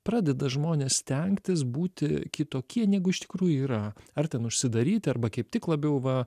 pradeda žmonės stengtis būti kitokie negu iš tikrųjų yra ar ten užsidaryti arba kaip tik labiau va